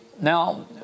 Now